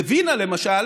בווינה למשל